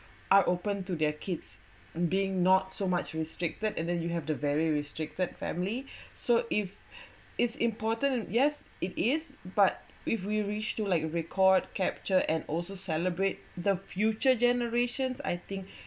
are open to their kids being not so much restricted and then you have the very restricted family so if it's important and yes it is but we've we reached to like record capture and also celebrate the future generations I think